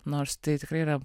nors tai tikrai yra